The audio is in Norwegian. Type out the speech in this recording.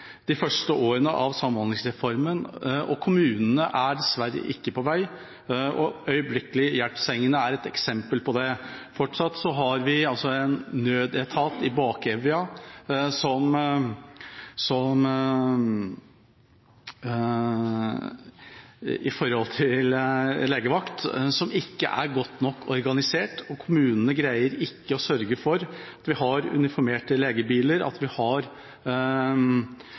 de første årene av samhandlingsreformen, og kommunene er dessverre ikke på vei. Øyeblikkelig hjelp-sengene er et eksempel på det. Fortsatt har vi altså en nødetat i bakevja med hensyn til legevakt, som ikke er godt nok organisert. Kommunene greier ikke å sørge for at vi har uniformerte legebiler, at vi har tilstrekkelige rom til å ta imot pasientene på helg og på kveld, og vi har